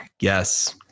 Yes